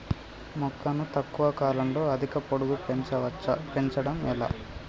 మొక్కను తక్కువ కాలంలో అధిక పొడుగు పెంచవచ్చా పెంచడం ఎలా?